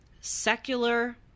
secular